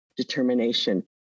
determination